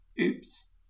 Oops